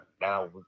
Now